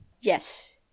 Yes